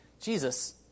Jesus